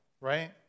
right